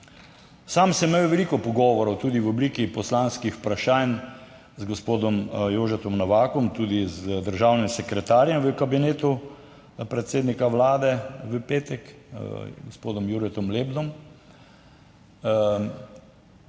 Sam sem imel veliko pogovorov tudi v obliki poslanskih vprašanj z gospodom Jožetom Novakom, tudi z državnim sekretarjem v Kabinetu predsednika Vlade v petek, gospodom Juretom Lebnom.